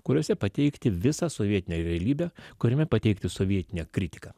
kuriuose pateikti visą sovietinę realybę kuriame pateikti sovietinę kritiką